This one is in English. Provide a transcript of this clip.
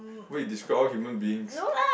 wait you describe all human beings